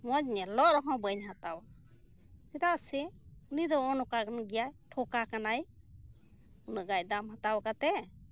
ᱢᱚᱡᱽ ᱧᱮᱞᱚᱜ ᱨᱮᱦᱚᱸ ᱵᱟᱹᱧ ᱦᱟᱛᱟᱣᱟ ᱪᱮᱫᱟᱜ ᱥᱮ ᱩᱱᱤ ᱫᱚ ᱱᱚᱜᱼᱚᱭ ᱚᱱᱠᱟᱱ ᱜᱮᱭᱟᱭ ᱴᱷᱚᱠᱟ ᱠᱟᱱᱟᱭ ᱩᱱᱟᱹᱜ ᱜᱟᱱ ᱫᱟᱢ ᱦᱟᱛᱟᱣ ᱠᱟᱛᱮᱫ